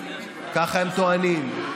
ככה הם טוענים,